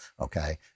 okay